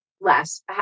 less